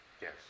Yes